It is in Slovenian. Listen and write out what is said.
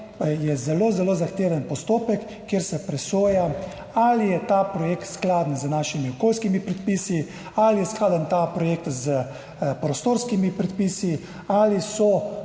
zelo zelo zahteven postopek, kjer se presoja, ali je ta projekt skladen z našimi okoljskimi predpisi, ali je skladen ta projekt s prostorskimi predpisi, ali so